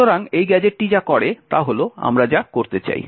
সুতরাং এই গ্যাজেটটি যা করে তা হল আমরা যা করতে চাই